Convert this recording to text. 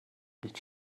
nicht